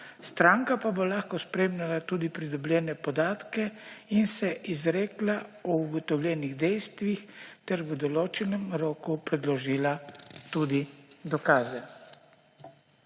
stranka pa bo lahko spremljala tudi pridobljene podatke in se izrekla o ugotovljenih dejstvih ter v določenem roku predložila tudi dokaze.